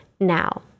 now